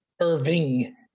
Irving